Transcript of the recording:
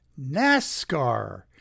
NASCAR